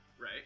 right